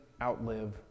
outlive